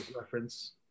reference